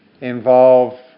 involve